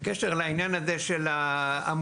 בקשר לעניין הזה של העמותה,